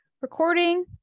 recording